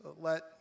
Let